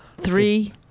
Three